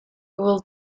will